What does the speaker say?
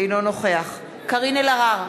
אינו נוכח קארין אלהרר,